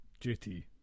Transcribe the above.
JT